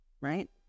right